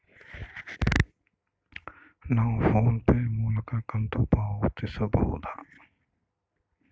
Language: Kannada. ನಾವು ಫೋನ್ ಪೇ ಮೂಲಕ ಕಂತು ಪಾವತಿಸಬಹುದಾ?